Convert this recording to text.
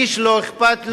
איש לא אכפת לו,